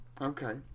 Okay